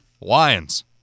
Lions